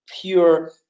pure